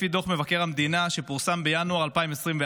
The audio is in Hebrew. לפי דוח מבקר המדינה שפורסם בינואר 2024,